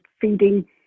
feeding